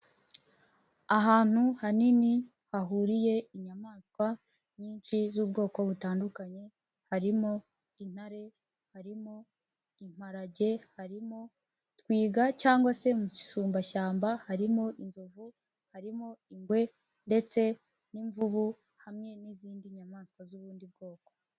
Ahantu hanini hahuriye inyamaswa nyinshi z'ubwoko butandukanye, harimo intare, harimo imparage, harimo twiga cyangwa se musumbashyamba, harimo inzovu, harimo ingwe ndetse n'imvubu, hamwe n'izindi nyamaswa z'ubundi bwoko.